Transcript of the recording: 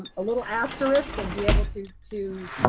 a little asterisk and be able to to